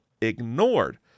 ignored